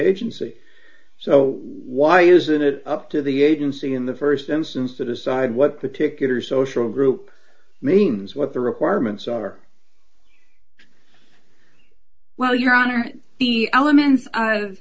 agency so why isn't it up to the agency in the st instance to decide what the ticket or social group means what the requirements are well your honor the elements of